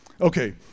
Okay